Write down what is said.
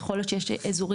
יכול להיות שיש אזורים,